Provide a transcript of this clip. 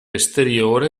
esteriore